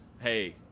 hey